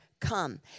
come